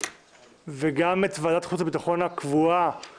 גם לגבי ועדת חוץ וביטחון שהובלתי